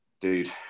dude